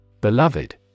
Beloved